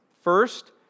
First